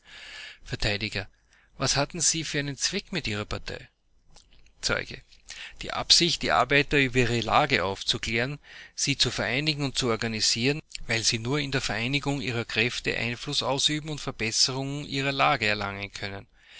was hatten sie für einen zweck mit ihrer partei zeuge die absicht die arbeiter über ihre lage aufzuklären sie zu vereinigen und zu organisieren weil sie nur in der vereinigung ihrer kräfte einfluß ausüben und verbesserung ihrer lage erlangen können